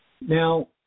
Now